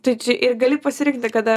tai čia ir gali pasirinkti kada